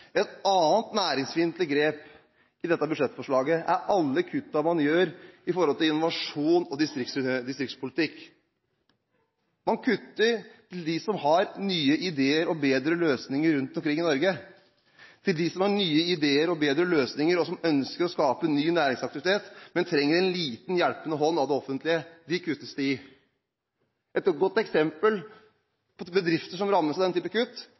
Et annet næringsfiendtlig grep i dette budsjettforslaget er alle de kuttene man gjør knyttet til innovasjon og distriktspolitikk. Man kutter i støtten til dem som har nye ideer og bedre løsninger rundt omkring i Norge – til dem som har nye ideer og bedre løsninger, og som ønsker å skape ny næringsaktivitet, men trenger en liten hjelpende hånd fra det offentlige. Støtten til disse kuttes det i. Et godt eksempel på bedrifter som rammes av den type kutt,